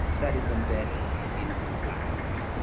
that it's embedded in in blackness.